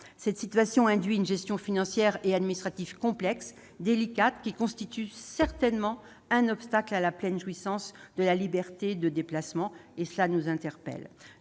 Cette situation induit une gestion financière et administrative complexe, délicate, qui constitue certainement un obstacle à la pleine jouissance de la liberté de déplacement. Cela doit nous interpeller.